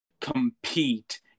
compete